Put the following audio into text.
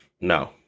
no